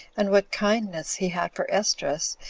and what kindness he had for esdras,